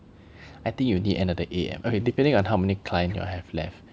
I think you need another A_M okay depending on how many client you all have left